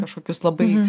kažkokius labai